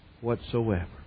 whatsoever